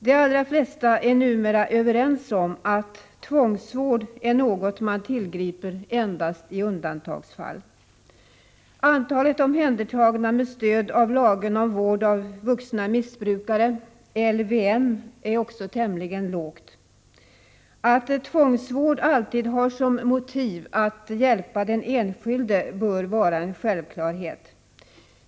De allra flesta är numera överens om att tvångsvård är något man tillgriper endast i undantagsfall. Antalet omhändertagna med stöd av lagen om vård av vuxna missbrukare, LVM, är också tämligen litet. Att tvångsvård alltid har som motiv att hjälpa den enskilde bör vara en självklarhet.